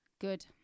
Good